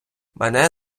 мене